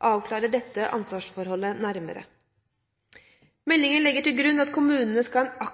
avklarer dette ansvarsforholdet nærmere. Meldingen legger til grunn at kommunene skal ha en